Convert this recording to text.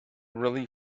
really